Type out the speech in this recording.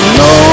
no